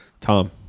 Tom